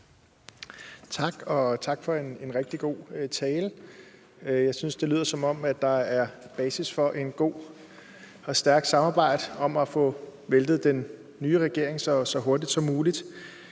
Tak, og tak for en rigtig god tale. Jeg synes da, det lyder, som om der er basis for et godt og stærkt samarbejde om at få væltet den nye regering så hurtigt som muligt.